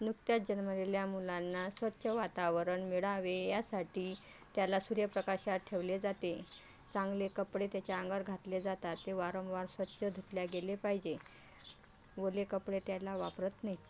नुकत्याच जन्मलेल्या मुलांना स्वच्छ वातावरण मिळावे यासाठी त्याला सूर्यप्रकाशात ठेवले जाते चांगले कपडे त्याच्या अंगावर घातले जातात ते वारंवार स्वच्छ धुतले गेले पाहिजे ओले कपडे त्याला वापरत नाही